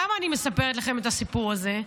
למה אני מספרת לכם את הסיפור הזה?